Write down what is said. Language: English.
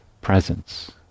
presence